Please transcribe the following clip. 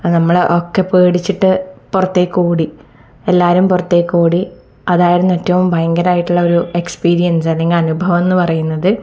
ആ നമ്മൾ ഒക്കെ പേടിച്ചിട്ട് പുറത്തേക്ക് ഓടി എല്ലാവരും പുറത്തേക്ക് ഓടി അതായിരുന്നു ഏറ്റവും ഭയങ്കരമായിട്ടുള്ള ഒരു എക്സ്പീരിയൻസ് അല്ലെങ്കിൽ അനുഭവം എന്ന് പറയുന്നത്